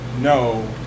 no